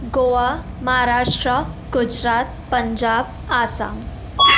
Goa Maharashtra Gujarat Punjab Assam